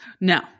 No